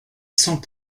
sans